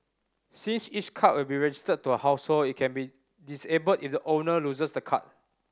since each card will be registered to a household it can be disabled if the owner loses the card